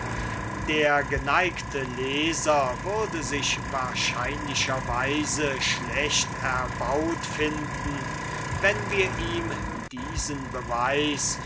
der geneigte leser würde sich wahrscheinlicherweise schlecht erbaut finden wenn wir ihm diesen beweis